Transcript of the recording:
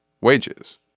wages